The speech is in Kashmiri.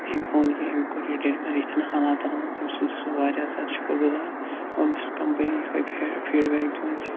أمۍ اوٚن یہِ أمۍ کوٚر یہِ ڈیٚلِور یِتھٮ۪ن حالاتن منٛز أمۍ سُنٛد چھُس بہٕ واریاہ زیادٕ شُکر گزار اور بہٕ چھُس کَمپٔنی یہِ ہہے فیڑبیک دِوان زِ